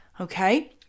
Okay